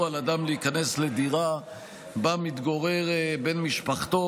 על אדם להיכנס לדירה שבה מתגורר בן משפחתו,